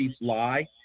lie